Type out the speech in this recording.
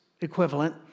equivalent